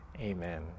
amen